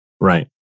Right